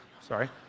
Sorry